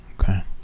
Okay